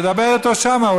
תדבר איתו שם.